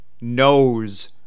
knows